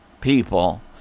people